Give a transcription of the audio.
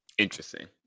interesting